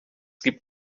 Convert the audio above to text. gibt